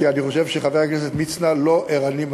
כי אני חושב שחבר הכנסת מצנע לא ערני מספיק.